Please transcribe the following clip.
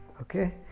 okay